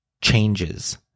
changes